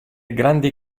grandi